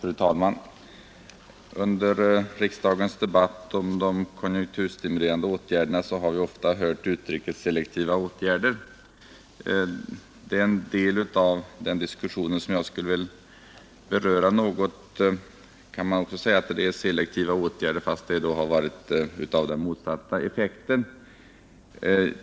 Fru talman! Under riksdagens debatt om de konjunkturstimulerande åtgärderna har vi ofta hört uttrycket ”selektiva åtgärder”. Vad jag skulle vilja beröra kan också sägas vara selektiva åtgärder, fast med motsatt effekt.